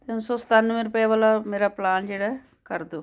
ਤਿੰਨ ਸੌ ਸਤਾਨਵੇਂ ਰੁਪਏ ਵਾਲਾ ਮੇਰਾ ਪਲਾਨ ਜਿਹੜਾ ਹੈ ਕਰ ਦਿਓ